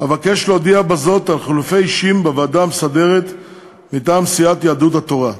אבקש להודיע בזאת על חילופי אישים בוועדה המסדרת מטעם סיעת יהדות התורה: